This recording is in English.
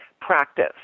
practice